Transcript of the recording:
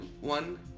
one